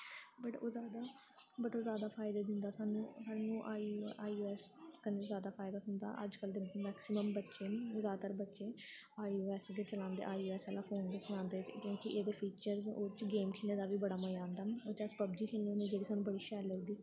but ओह् जादा but ओह् जादा फायदा दिंदा सानूं सानूं I O I O S कन्नै जादा फायदा थ्होंदा अज्ज कल दे मैक्सिमम बच्चें न जादातर बच्चे आई ओ ऐस गै चलांदे आई ओ ऐस आह्ला फोन गै चलांदे क्योंकि एह्दे फीचर्स ओह्दे च गेम खेलने दा बा बड़ा मज़ा आंदा ओह्दे च अस पब्जी खेलने होन्ने जेह्ड़ी सानूं बड़ी शैल लगदी